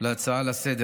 הצעת האי-אמון.